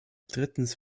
drittens